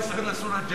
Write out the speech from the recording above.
17 נסעו ל- J